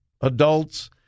adults